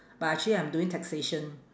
but actually I'm doing taxation